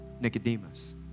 Nicodemus